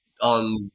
on